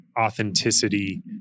authenticity